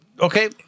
Okay